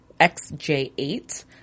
XJ8